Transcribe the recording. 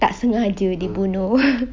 tak sengaja dibunuh